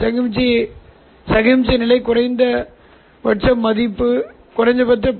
C சிக்கலைச் சமாளிக்காமல் நான் நேரடியாக கட்டம் மற்றும் இருபடி கூறுகளைப் பெற முடியும்